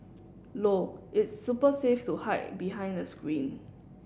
low its super safe to hide behind a screen